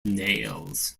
nails